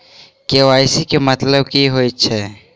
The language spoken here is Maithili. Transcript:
के.वाई.सी केँ मतलब की होइ छै?